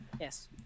Yes